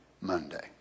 Monday